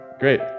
Great